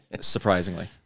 Surprisingly